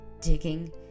digging